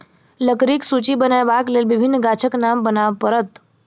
लकड़ीक सूची बनयबाक लेल विभिन्न गाछक नाम गनाब पड़त